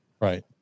Right